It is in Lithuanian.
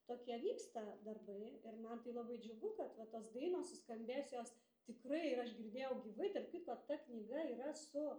tokie vyksta darbai ir man tai labai džiugu kad va tos dainos suskambės jos tikrai ir aš girdėjau gyvai tarp kitko ta knyga yra su